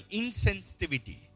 insensitivity